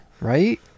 right